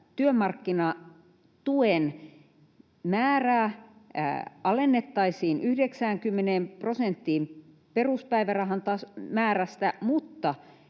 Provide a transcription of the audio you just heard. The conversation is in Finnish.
työmarkkinatuen määrää alennettaisiin 90 prosenttiin peruspäivärahan määrästä, mutta